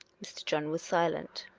mr. john was silent.